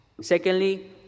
secondly